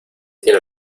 tiene